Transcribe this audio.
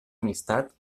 amistat